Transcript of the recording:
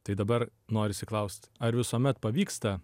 tai dabar norisi klaust ar visuomet pavyksta